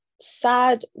sad